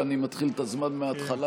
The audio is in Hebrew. ואני מתחיל את הזמן מהתחלה,